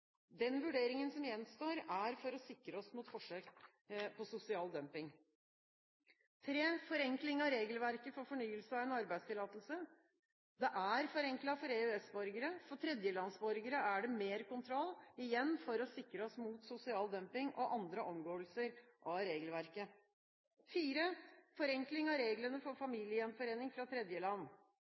den er nødvendig, slik det var før. Den vurderingen som gjenstår, er for å sikre oss mot forsøk på sosial dumping. forenkling av regelverket for fornyelse av en arbeidstillatelse: Det er forenklet for EØS-borgere. For tredjelandsborgere er det mer kontroll, igjen for å sikre oss mot sosial dumping og andre omgåelser av regelverket. forenkling av reglene for familiegjenforening fra tredjeland: